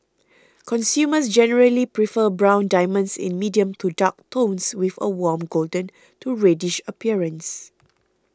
consumers generally prefer brown diamonds in medium to dark tones with a warm golden to reddish appearance